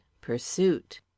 Pursuit